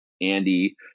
Andy